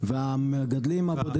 הרוח של דיכטר ואבוטבול הייתה